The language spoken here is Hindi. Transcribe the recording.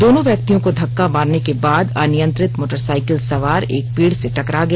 दोनो व्यक्तियों को धक्का मारने के बाद अनियंत्रित मोटरसाइकिल सवार एक पेड़ से टकरा गया